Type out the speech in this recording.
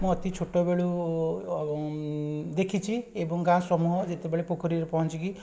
ମୁଁ ଅତି ଛୋଟବେଳୁ ଦେଖିଛି ଏବଂ ଗାଁ ସମୟ ଯେତେବେଳେ ପୋଖରୀରେ ପହଞ୍ଚିକି